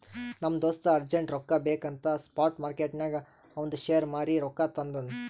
ನಮ್ ದೋಸ್ತ ಅರ್ಜೆಂಟ್ ರೊಕ್ಕಾ ಬೇಕ್ ಅಂತ್ ಸ್ಪಾಟ್ ಮಾರ್ಕೆಟ್ನಾಗ್ ಅವಂದ್ ಶೇರ್ ಮಾರೀ ರೊಕ್ಕಾ ತಂದುನ್